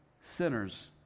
sinners